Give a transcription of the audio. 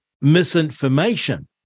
misinformation